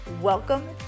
Welcome